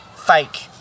Fake